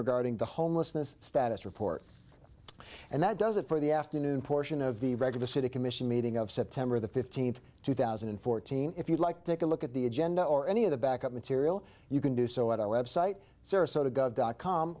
regarding the homelessness status report and that does it for the afternoon portion of the regular city commission meeting of september the fifteenth two thousand and fourteen if you like take a look at the agenda or any of the back up material you can do so at our website sarasota gov dot com